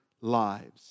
lives